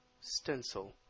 Stencil